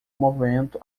momento